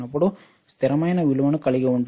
స్థిరమైన విలువను కలిగి ఉంది